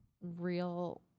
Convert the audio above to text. real